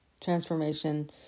transformation